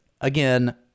again